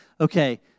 okay